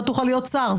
לא תוכל להיות שר.